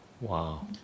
Wow